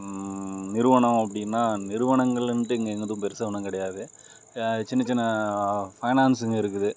நிறுவனம் அப்படின்னா நிறுவனங்களுன்ட்டு இங்கே எதுவும் பெருசாக ஒன்றும் கிடையாது சின்ன சின்ன ஃபைனான்ஸுங்க இருக்குது